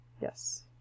Yes